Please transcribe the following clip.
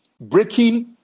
breaking